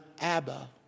Abba